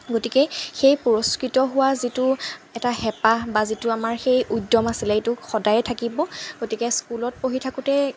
গতিকে সেই পুৰস্কৃত হোৱা যিটো এটা হেঁপাহ বা যিটো আমাৰ সেই উদ্যম আছিলে সেইটো সদায়ে থাকিব গতিকে স্কুলত পঢ়ি থাকোঁতে